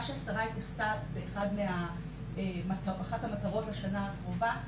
מה שהשרה התייחסה באחת המטרות לשנה הקרובה,